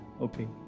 okay